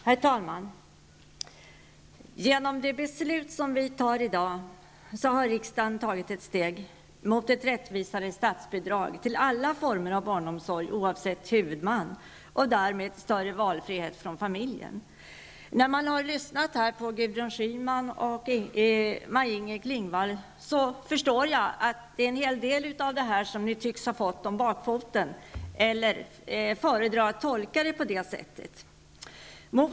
Herr talman! Genom det beslut som vi fattar i dag tar riksdagen ett steg mot ett rättvisare statsbidrag till alla former av barnomsorg, oavsett huvudman, och därmed mot större valfrihet för familjen. Jag förstår när jag har lyssnat här till Gudrun Schyman och Maj-Inger Klingvall att de antingen har fått en hel del av det här om bakfoten eller föredrar att tolka det på det sättet.